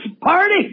party